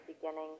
beginning